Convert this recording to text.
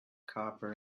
copper